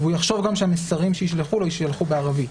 והוא יחשוב גם שהמסרים שישלחו לו יישלחו בערבית,